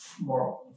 more